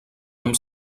amb